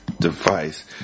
device